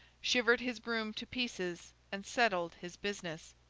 shivered his broom to pieces, and settled his business.